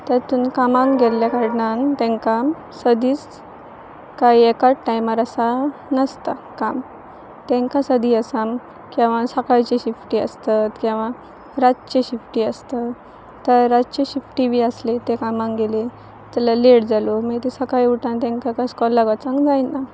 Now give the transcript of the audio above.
तातून कामाक गेल्ल्या कारणान तेंकां सदींच काय एकाच टायमार असां नासता काम तेंकां सदीं असा केव्हां सकाळची शिफ्टी आसतत केव्हां रातचे शिफ्टी आसतत तर रातच्यो शिफ्टी बी आसली ते कामाक गेले जाल्यार लेट जालो मागीर ते सकाळीं उठोन तेंकां इस्कॉलाक वचांक जायना